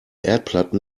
erdplatten